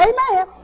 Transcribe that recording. Amen